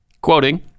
quoting